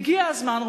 הגיע הזמן,